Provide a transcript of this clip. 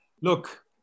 Look